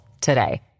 today